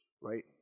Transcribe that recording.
right